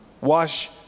wash